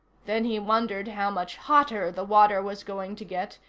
then he wondered how much hotter the water was going to get,